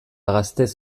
gaztez